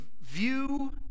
view